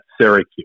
Syracuse